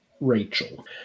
Rachel